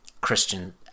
Christian